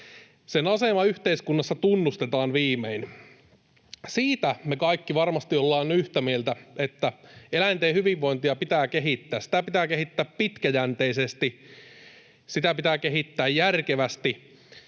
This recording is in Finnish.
Sen asema yhteiskunnassa tunnustetaan viimein. Siitä me kaikki varmasti ollaan yhtä mieltä, että eläinten hyvinvointia pitää kehittää. Sitä pitää kehittää pitkäjänteisesti ja sitä pitää kehittää järkevästi,